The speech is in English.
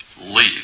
Leave